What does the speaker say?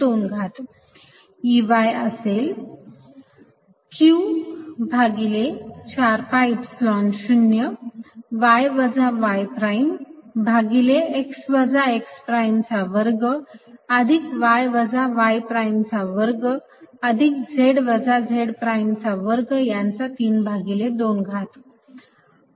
Ey असेल q भागिले 4 pi epsilon 0 y वजा y प्राइम भागिले x वजा x प्राइम चा वर्ग अधिक y वजा y प्राइम चा वर्ग अधिक z वजा z प्राइम चा वर्ग यांचा 32 घात